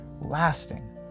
lasting